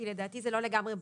כי לדעתי זה לא לגמרי ברור.